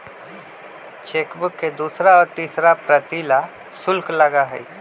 chequebook के दूसरा और तीसरा प्रति ला शुल्क लगा हई